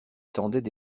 tendaient